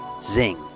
Zing